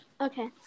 okay